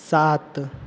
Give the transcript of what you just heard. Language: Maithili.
सात